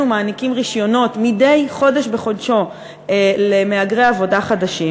מעניקים רישיונות מדי חודש בחודש למהגרי עבודה חדשים,